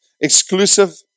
exclusive